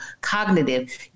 cognitive